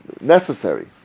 necessary